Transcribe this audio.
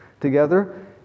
together